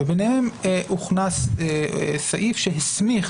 וביניהם הוכנס סעיף שהסמיך